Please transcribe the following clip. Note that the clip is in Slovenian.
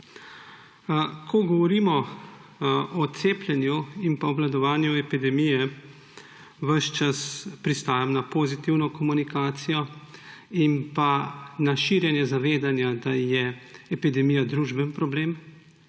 Ko govorimo o cepljenju in obvladovanju epidemije, ves čas pristajam na pozitivno komunikacijo in na širjenje zavedanja, da je epidemija družbeni problem